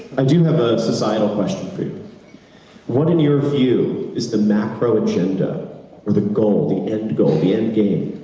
i do have a societal question for you what in your view is the macro-agenda or the goal, the end goal, the end game,